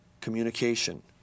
communication